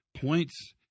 points